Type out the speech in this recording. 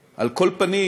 על כל פנים,